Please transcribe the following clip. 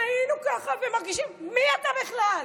היינו ככה ומרגישים, מי אתה בכלל?